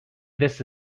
this